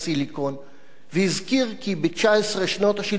והזכיר כי ב-19 שנות השלטון הירדני ביהודה